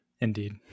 indeed